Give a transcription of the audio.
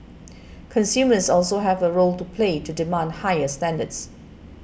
consumers also have a role to play to demand higher standards